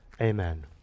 Amen